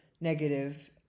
negative